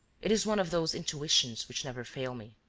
it is one of those intuitions which never fail me.